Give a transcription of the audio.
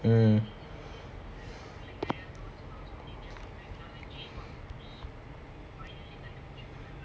mm